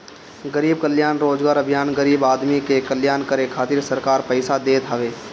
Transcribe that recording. गरीब कल्याण रोजगार अभियान गरीब आदमी के कल्याण करे खातिर सरकार पईसा देत हवे